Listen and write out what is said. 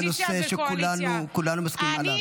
זה נושא שכולנו מסכימים עליו,